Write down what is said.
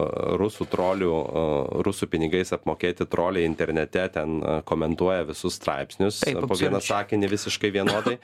rusų trolių rusų pinigais apmokėti troliai internete ten komentuoja visus straipsnius po vieną sakinį visiškai vienodai